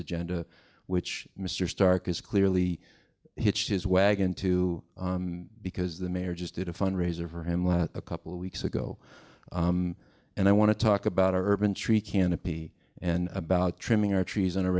agenda which mr stark is clearly hitches wagon to because the mayor just did a fundraiser for him a couple of weeks ago and i want to talk about urban tree canopy and about trimming our trees on a